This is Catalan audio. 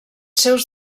seus